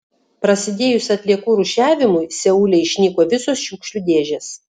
prasidėjus atliekų rūšiavimui seule išnyko visos šiukšlių dėžės